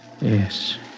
Yes